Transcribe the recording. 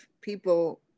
people